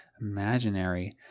imaginary